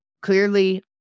clearly